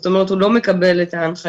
זאת אומרת הוא לא מקבל את ההנחיות